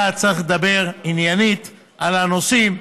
היה צריך לדבר עניינית על הנושאים,